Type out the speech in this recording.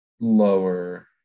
Lower